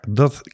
dat